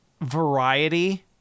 variety